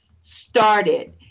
started